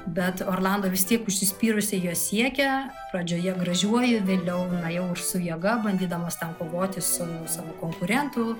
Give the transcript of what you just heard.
bet orlando vis tiek užsispyrusiai jos siekia pradžioje gražiuoju vėliau na jau ir su jėga bandydamas ten kovoti su savo savo konkurentu